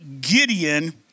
Gideon